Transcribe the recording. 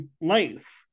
life